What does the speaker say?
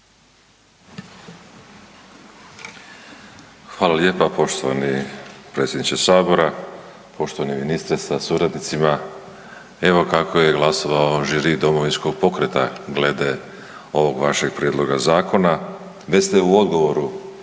Hvala lijepa poštovani predsjedniče sabora. Poštovani ministre sa suradnicama, evo kako je glasovao žiri Domovinskog pokreta glede ovog vašeg prijedloga zakona. Već ste u odgovoru